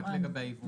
רק לגבי היבואן.